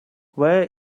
where